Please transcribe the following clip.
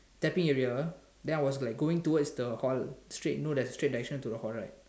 tapping area then I was like going towards the hall straight you know the straight direction towards the hall right